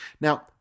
Now